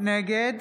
נגד